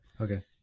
Okay